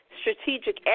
strategic